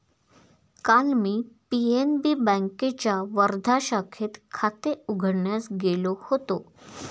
काल मी पी.एन.बी बँकेच्या वर्धा शाखेत खाते उघडण्यास गेलो होतो